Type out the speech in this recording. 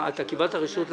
מה, אתה בדקת את זה בכלל?